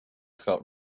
felt